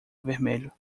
vermelho